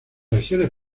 regiones